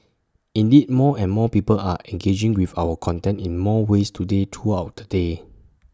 indeed more and more people are engaging with our content in more ways today throughout the day